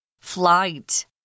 Flight